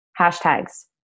hashtags